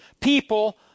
people